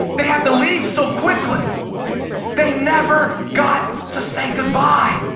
they had to leave so quickly they never got to say goodbye.